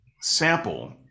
sample